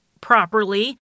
properly